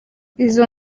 izo